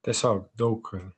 tiesiog daug